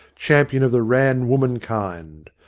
champion of the rann woman kind,